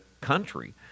country